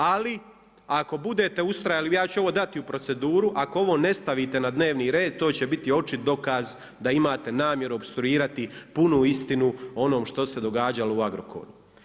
Ali ako budete ustrajali, ja ću ovo dati u proceduru, ako ovo ne stavite na dnevni red, to će biti očit dokaz da imate namjeru opstruirati punu istinu o onome što se događalo u Agrokoru.